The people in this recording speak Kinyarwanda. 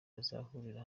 bazahurira